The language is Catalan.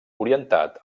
orientat